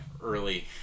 early